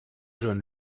jeunes